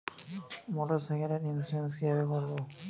মোটরসাইকেলের ইন্সুরেন্স কিভাবে করব?